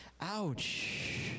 Ouch